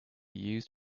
used